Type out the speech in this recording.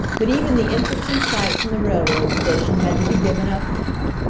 but even the interesting sights in the railroad station had to be given up now,